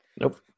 Nope